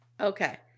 Okay